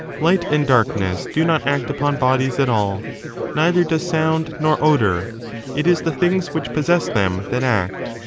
light and darkness do not act upon bodies at all neither does sound nor odour it is the things which possess them that act.